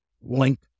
link